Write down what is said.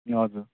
हजुर